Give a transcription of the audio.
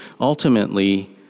Ultimately